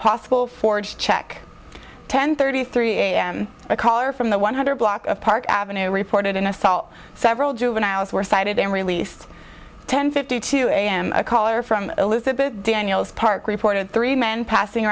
possible forged check ten thirty three am a caller from the one hundred block of park avenue reported an assault several juveniles were cited and released ten fifty two a m a caller from elizabeth daniels park reported three men passing